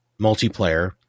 multiplayer